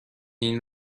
این